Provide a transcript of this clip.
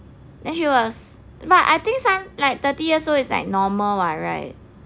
then she was but I think 三 like thirty years old is like normal [what] right